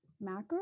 macro